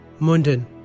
Mundan